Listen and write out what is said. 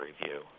review